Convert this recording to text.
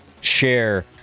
share